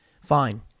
fine